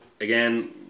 again